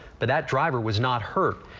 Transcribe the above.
but that driver was not hurt.